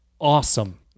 awesome